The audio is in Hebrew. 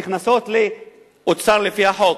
נכנסות לאוצר לפי החוק.